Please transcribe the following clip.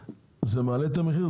מעלה את המחיר,